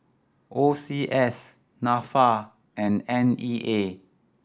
O C S Nafa and N E A